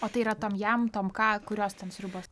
o tai yra tom jam tom ką kurios ten sriubos